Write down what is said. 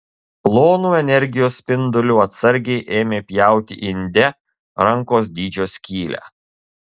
plonu energijos spinduliu atsargiai ėmė pjauti inde rankos dydžio skylę